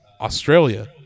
Australia